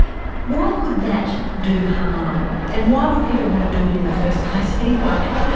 why could that do harm, and why would people want to do it in the first place anyway?